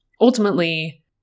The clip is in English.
Ultimately